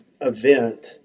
event